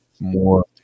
more